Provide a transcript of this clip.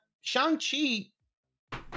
Shang-Chi